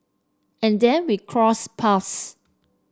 and then we crossed paths